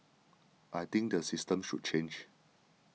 I think the system should change